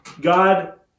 God